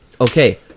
Okay